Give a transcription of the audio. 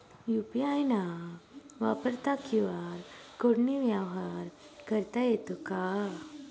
UPI न वापरता QR कोडने व्यवहार करता येतो का?